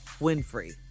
Winfrey